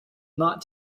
not